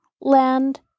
land